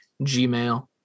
Gmail